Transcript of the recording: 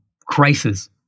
crisis